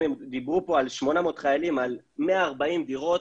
אם הם דיברו פה על 800 חיילים על 140 דירות,